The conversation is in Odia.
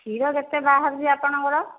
କ୍ଷୀର କେତେ ବାହାରୁଛି ଆପଣଙ୍କର